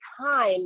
time